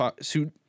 suit